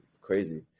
crazy